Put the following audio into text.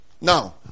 Now